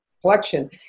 collection